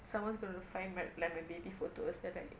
someone's going to find my like my baby photos then I'll be like